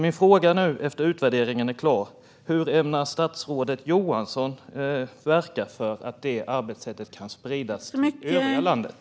Min fråga efter att utvärderingen är klar är: Hur ämnar statsrådet Johansson verka för att det arbetssättet kan spridas till övriga landet?